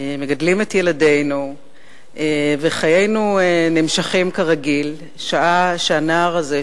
מגדלים את ילדינו וחיינו נמשכים כרגיל שעה שהנער הזה,